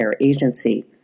agency